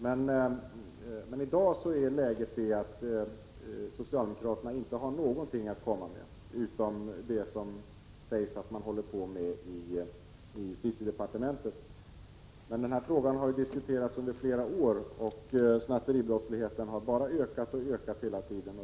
Men i dag är läget det att socialdemokraterna inte har någonting att komma med, utom detta som det sägs att man håller på med i justitiedepartementet. Men den här frågan har ju diskuterats under flera år, och snatteribrottsligheten har bara ökat och ökat hela tiden.